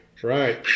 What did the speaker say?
Right